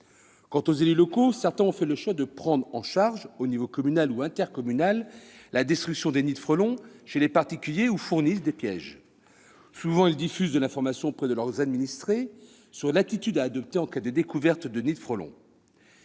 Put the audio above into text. Quant aux élus locaux, certains ont fait le choix de prendre en charge, au niveau communal ou intercommunal, la destruction des nids de frelons chez les particuliers ou ils fournissent des pièges. Souvent, ils diffusent de l'information auprès de leurs administrés sur l'attitude à adopter en cas de découverte de nids de frelons.